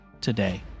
today